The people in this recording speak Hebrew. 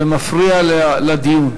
זה מפריע לדיון.